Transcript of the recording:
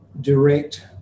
direct